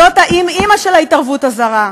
זאת האימ-אימא של ההתערבות הזרה.